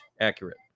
accurate